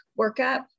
workup